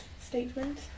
statement